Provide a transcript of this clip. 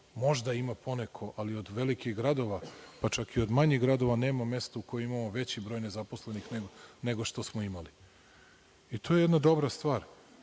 možda ima po neko, ali od velikih gradova, pa čak i od manjih gradova, nema mesta u kome imamo veći broj nezaposlenih nego što smo imali. To je jedna dobra stvar. Čudi